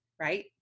right